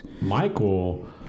Michael